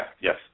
yes